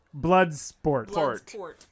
Bloodsport